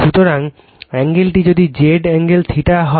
সুতরাং অ্যাঙ্গেলটি যদি Z অ্যাঙ্গেল θ হয়